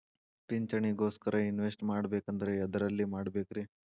ಪಿಂಚಣಿ ಗೋಸ್ಕರ ಇನ್ವೆಸ್ಟ್ ಮಾಡಬೇಕಂದ್ರ ಎದರಲ್ಲಿ ಮಾಡ್ಬೇಕ್ರಿ?